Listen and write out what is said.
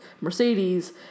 Mercedes